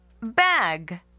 Bag